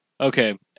Okay